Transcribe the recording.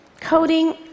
Coding